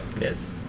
Yes